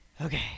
Okay